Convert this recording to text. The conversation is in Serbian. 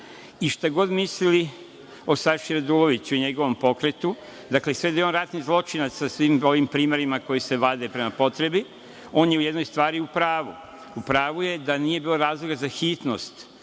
i šta god mislili o Saši Raduloviću i njegovom pokretu, dakle, sve da je on ratni zločinac sa svim ovim primerima koji se vade prema potrebi, on je u jednoj stvari u pravu. U pravu je da nije bilo razloga za hitnost